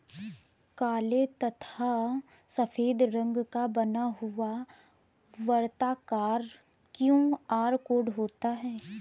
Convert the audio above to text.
काले तथा सफेद रंग का बना हुआ वर्ताकार क्यू.आर कोड होता है